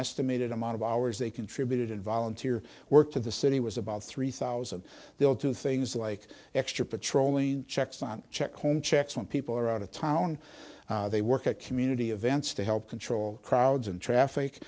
estimated amount of hours they contributed in volunteer work to the city was about three thousand they'll do things like extra patrolling checks on check home checks when people are out of town they work at community events to help control crowds and traffic